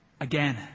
again